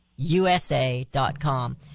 USA.com